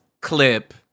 clip